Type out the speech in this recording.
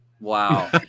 Wow